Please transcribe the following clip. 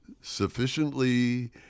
sufficiently